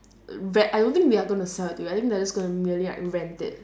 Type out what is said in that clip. re~ I don't think they are gonna sell to you I think they are just gonna merely like rent it